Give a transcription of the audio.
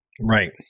Right